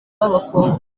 b’abakobwa